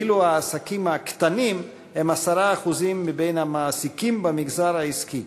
ואילו העסקים הקטנים הם 10% מהמעסיקים במגזר העסקי,